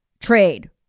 trade